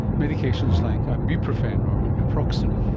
medications like ibuprofen or naproxen,